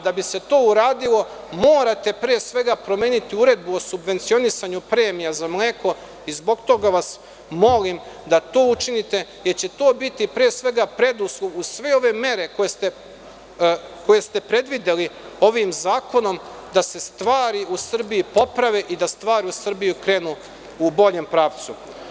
Da bi se to uradilo, morate pre svega promeniti uredbu o subvencionisanju premija za mleko i zbog toga vas molim da to učinite jer će to biti pre svega preduslov uz sve ove mere koje ste predvideli ovim zakonom, da se stvari u Srbiji poprave i da stvari u Srbiji krenu u boljem pravcu.